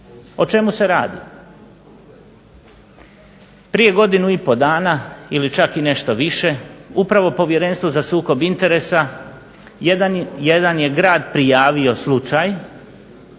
O čemu se radi? Prije godinu i pol dana ili čak i nešto više upravo Povjerenstvo za sukob interesa jedan je grad prijavio slučaj